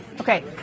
Okay